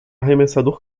arremessador